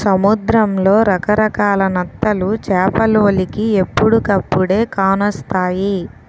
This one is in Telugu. సముద్రంలో రకరకాల నత్తలు చేపలోలికి ఎప్పుడుకప్పుడే కానొస్తాయి